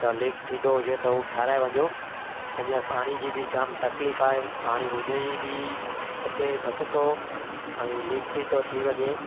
त लीक थींदो हुजे त हू ठाहिराए वञो हींअर पाणी जी बि जाम तकलीफ़ आहे पाणी हूअं ई बि अचे घटि थो ऐं लीक बि थो थी वञे